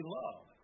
love